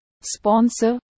sponsor